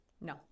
No